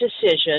decision